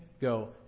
go